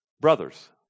Brothers